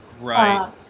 Right